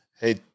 hey